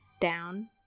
down